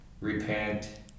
repent